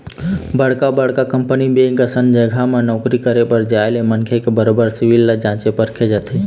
बड़का बड़का company bank असन जघा म नौकरी करे बर जाय ले मनखे के बरोबर सिविल ल जाँचे परखे जाथे